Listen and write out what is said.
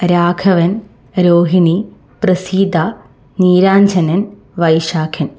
Raghavan Rohini Praseetha Neeranjanan Vaisakhan